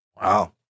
Wow